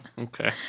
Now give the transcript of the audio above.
Okay